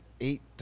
eight